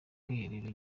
bwiherero